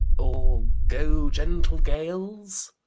or, go, gentle gales!